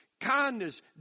kindness